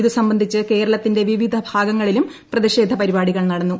ഇതുസംബന്ധിച്ച് കേരളത്തിന്റെ വിവിധ ഭാഗങ്ങളിലും പ്രതിഷേധ പരിപാടികൾ നടന്നു